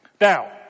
Now